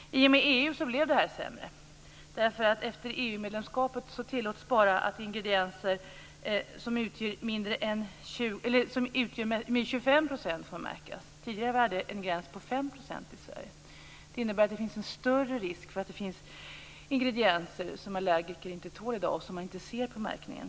I och med EU blev det sämre. Efter EU märkas. Tidigare låg gränsen i Sverige på 5 %. Det innebär att risken nu är större för att det finns ingredienser som allergiker inte tål och som inte framgår av märkningen.